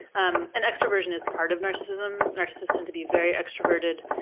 um and extroversion is part of narcissism. narcissists tend to be very extroverted,